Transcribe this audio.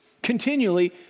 continually